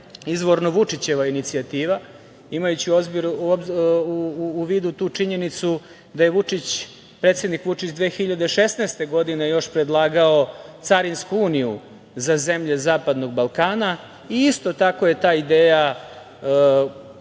izvorno Vučićeva inicijativa, imajući u vidu tu činjenicu da je Vučić, predsednik Vučić, 2016. godine još predlagao carinsku uniju za zemlje Zapadnog Balkana i isto tako je ta ideja